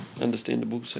understandable